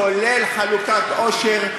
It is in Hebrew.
כולל חלוקת עושר.